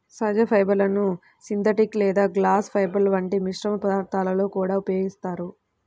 సహజ ఫైబర్లను సింథటిక్ లేదా గ్లాస్ ఫైబర్ల వంటి మిశ్రమ పదార్థాలలో కూడా ఉపయోగిస్తారు